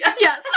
Yes